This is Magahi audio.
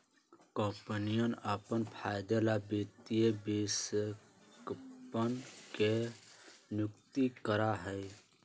कम्पनियन अपन फायदे ला वित्तीय विश्लेषकवन के नियुक्ति करा हई